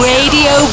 Radio